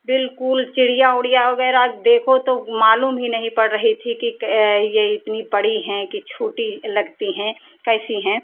बिलकुल चिड़िया उड़िया वगैरह देखो तो मालूम ही नहीं पड़ रही थी कि ये इतनी बड़ी हैं कि छोटी लगती हैं कैसी हैं